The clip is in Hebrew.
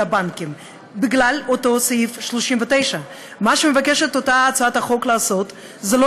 הבנקים בגלל אותו סעיף 39. מה שמבקשת הצעת החוק לעשות זה לא